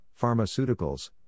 pharmaceuticals